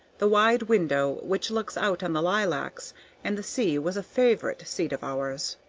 the wide window which looks out on the lilacs and the sea was a favorite seat of ours.